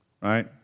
Right